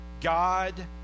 God